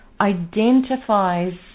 identifies